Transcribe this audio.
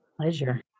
Pleasure